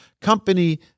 company